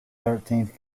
thirteenth